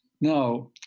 Now